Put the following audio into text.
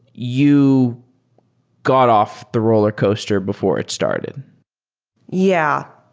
you got off the rollercoaster before it started yeah.